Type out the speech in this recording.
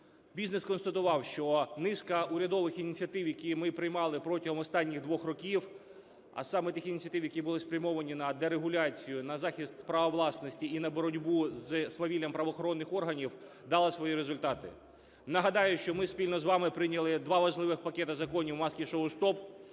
Бізнес констатував, що низка урядових ініціатив, які ми приймали протягом останніх двох років, а саме тих ініціатив, які були спрямовані на дерегуляцію і на захист права власності, і на боротьбу з свавіллям правоохоронних органів, дало свої результати. Нагадаю, що ми спільно з вами прийняли два важливих пакети законів "Маски-шоу стоп",